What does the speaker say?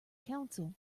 council